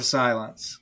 silence